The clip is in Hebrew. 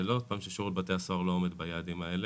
זה לא ששירות בתי הסוהר לא עומד ביעדים האלה.